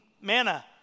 manna